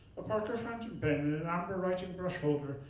a parker fountain pen in an amber writing-brush holder,